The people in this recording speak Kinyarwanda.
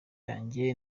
yanjye